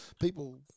people